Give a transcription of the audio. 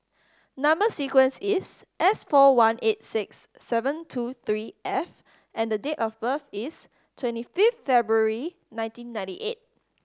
number sequence is S four one eight six seven two three F and the date of birth is twenty fifth February nineteen ninety eight